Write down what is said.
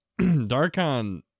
darkon